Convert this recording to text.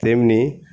তেমনি